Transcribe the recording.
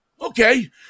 Okay